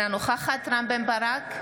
אינה נוכחת רם בן ברק,